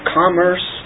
commerce